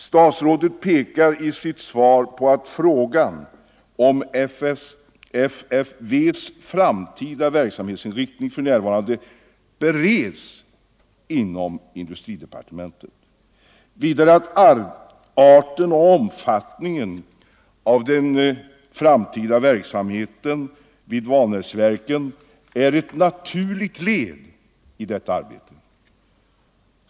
Statsrådet pekar i sitt svar på att frågan om FFV:s framtida verksamhetsinriktning för närvarande bereds inom industridepartementet, vidare att arten och omfattningen av den framtida verksamheten vid Vanäsverken är ett naturligt led i detta arbete.